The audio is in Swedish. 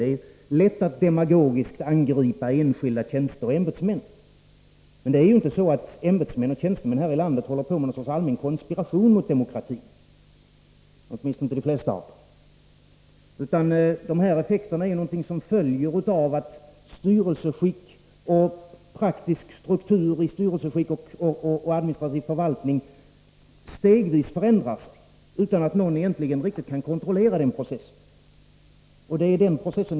Det är lätt att demagogiskt angripa enskilda tjänsteoch ämbetsmän. Men det är ju inte så att ämbetsmän och tjänstemän här i landet — åtminstone inte de flesta av dem — håller på med någon sorts allmän konspiration mot demokratin. De här effekterna är något som följer av att styrelseskick och praktisk struktur i styrelseskick och administrativ förvaltning stegvis förändras, utan att någon egentligen kan kontrollera den processen.